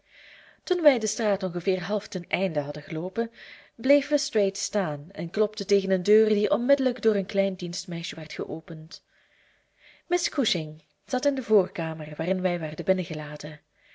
toen wij de straat ongeveer half ten einde hadden geloopen bleef lestrade staan en klopte tegen een deur die onmiddellijk door een klein dienstmeisje werd geopend miss cushing zat in de voorkamer waarin wij werden binnengelaten